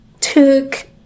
took